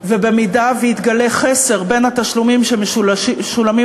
ואם יתגלה חסר בין התשלומים שמשולמים